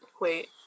wait